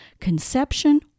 conception